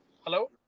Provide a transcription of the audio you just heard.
Hello